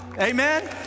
Amen